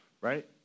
right